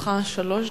לרשותך שלוש דקות.